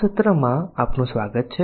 આ સત્રમાં આપનું સ્વાગત છે